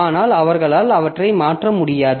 ஆனால் அவர்களால் அவற்றை மாற்ற முடியாது